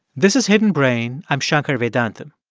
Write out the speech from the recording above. this is hidden brain. i'm shankar vedantam.